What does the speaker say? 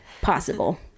possible